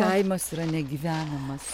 kaimas yra negyvenamas